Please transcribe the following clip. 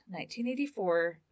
1984